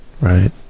right